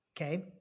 Okay